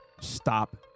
Stop